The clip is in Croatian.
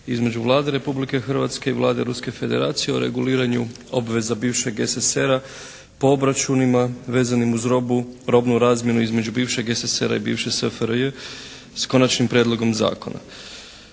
između Vlade Republike Hrvatske i Vlade Ruske Federacije o reguliranju obveza bivšeg SSSR-a po obračunima vezanim uz robu, robnu razmjenu između bivšeg SSSR-a i bivše SFRJ s konačnim prijedlogom zakona.